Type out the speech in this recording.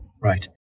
Right